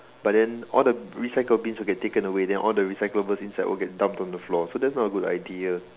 but then all the recycle bin will get taken away then all the recyclables inside will get dumped on the floor so that's not a good idea